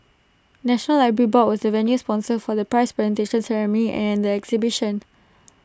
National Library board was the venue sponsor for the prize presentation ceremony and the exhibition